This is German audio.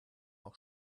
auch